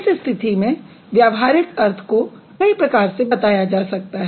इस स्थिति में व्यवहारिक अर्थ को कई प्रकार से बताया जा सकता है